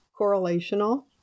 correlational